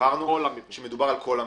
הבהרנו שמדובר על כל המבנה.